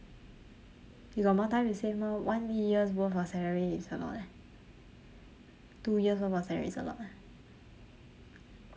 you got more time to save mah one year's worth of salary is a lot eh two years worth of salary is a lot eh